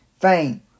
fame